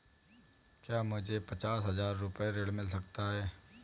क्या मुझे पचास हजार रूपए ऋण मिल सकता है?